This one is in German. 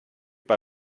bei